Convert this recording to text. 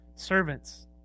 Servants